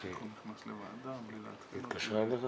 לא רק נוהגים, זה אכן כך,